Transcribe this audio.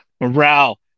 Morale